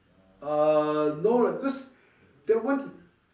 uh no lah cause that one